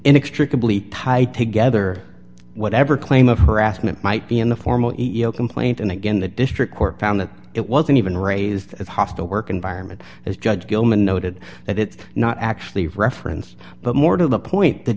inextricably tied together whatever claim of harassment might be in the form of e e o complaint and again the district court found that it wasn't even raised as hostile work environment as judge gilman noted that it's not actually of reference but more to the point the